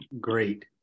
great